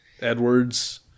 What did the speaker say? Edwards